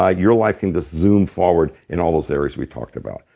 ah your life can just zoom forward in all those areas we talked about.